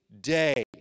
day